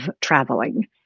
traveling